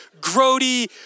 grody